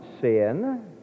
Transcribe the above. sin